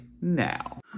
now